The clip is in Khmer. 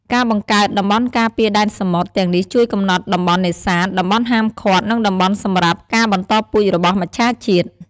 ការបង្កើត តំបន់ការពារដែនសមុទ្រ ទាំងនេះជួយកំណត់តំបន់នេសាទ តំបន់ហាមឃាត់ និងតំបន់សម្រាប់ការបន្តពូជរបស់មច្ឆាជាតិ។